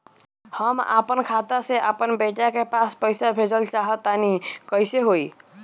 हम आपन खाता से आपन बेटा के पास पईसा भेजल चाह तानि कइसे होई?